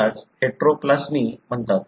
यालाच हेटरोप्लास्मी म्हणतात